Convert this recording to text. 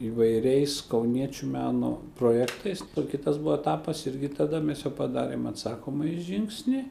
įvairiais kauniečių meno projektais o kitas buvo etapas irgi tada mes jau padarėm atsakomąjį žingsnį